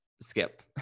Skip